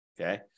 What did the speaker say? okay